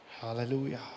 Hallelujah